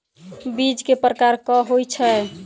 बीज केँ प्रकार कऽ होइ छै?